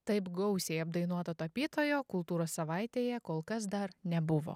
taip gausiai apdainuoto tapytojo kultūros savaitėje kol kas dar nebuvo